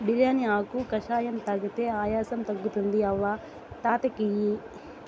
బిర్యానీ ఆకు కషాయం తాగితే ఆయాసం తగ్గుతుంది అవ్వ తాత కియి